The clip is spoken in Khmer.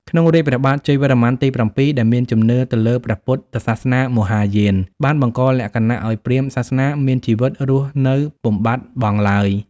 ក្នុងរាជ្យព្រះបាទជ័យវរ្ម័នទី៧ ដែលមានជំនឿទៅលើព្រះពុទ្ធសាសនាមហាយាន បានបង្កលក្ខណៈឱ្យព្រាហ្មណ៍សាសនាមានជីវិតរស់នៅពុំបាត់បង់ឡើយ។